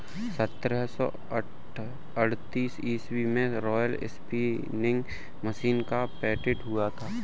सत्रह सौ अड़तीस में रोलर स्पीनिंग मशीन का पेटेंट हुआ था